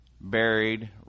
buried